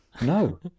no